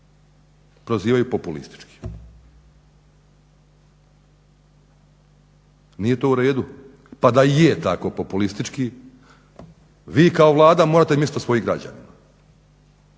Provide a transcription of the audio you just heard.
prozivaju populistički. Nije to u redu, pa da i je tako populistički, vi kao Vlada morate misliti o svojim građanima.